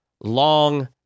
long